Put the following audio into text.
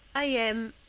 i am,